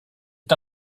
est